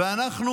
ואנחנו